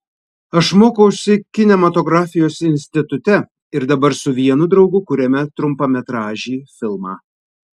aš mokausi kinematografijos institute ir dabar su vienu draugu kuriame trumpametražį filmą